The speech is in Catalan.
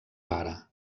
pare